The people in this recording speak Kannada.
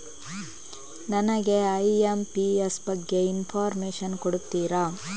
ನನಗೆ ಐ.ಎಂ.ಪಿ.ಎಸ್ ಬಗ್ಗೆ ಇನ್ಫೋರ್ಮೇಷನ್ ಕೊಡುತ್ತೀರಾ?